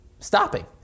stopping